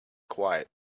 quiet